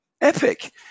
Epic